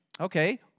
Okay